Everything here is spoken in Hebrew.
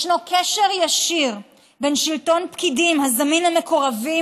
ישנו קשר ישיר בין שלטון פקידים הזמין למקורבים